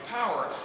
power